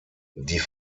die